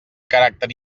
caràcter